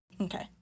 Okay